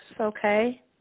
okay